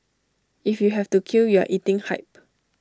if you have to queue you are eating hype